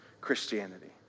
Christianity